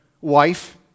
wife